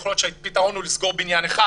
יכול להיות שהפתרון הוא לסגור בניין אחד,